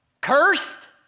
Cursed